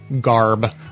garb